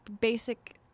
basic